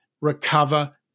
recover